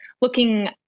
looking